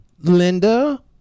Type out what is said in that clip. Linda